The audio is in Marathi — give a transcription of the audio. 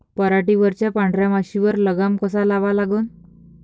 पराटीवरच्या पांढऱ्या माशीवर लगाम कसा लावा लागन?